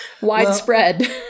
Widespread